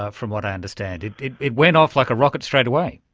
from what i understand, it went off like a rocket straight away.